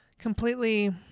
Completely